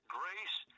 grace